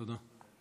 תודה.